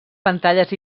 pantalles